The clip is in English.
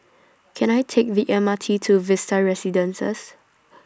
Can I Take The M R T to Vista Residences